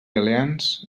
aliens